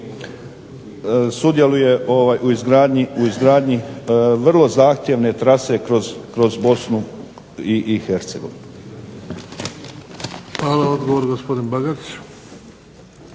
sudjeluje u izgradnji vrlo zahtjevne trase kroz Bosnu i Hercegovinu.